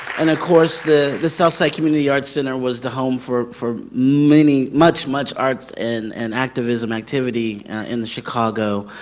and of course the the south side community arts center was the home for for many much, much arts and and activism activity in the chicago,